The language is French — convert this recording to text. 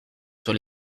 sur